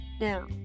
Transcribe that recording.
now